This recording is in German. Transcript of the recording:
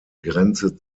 grenze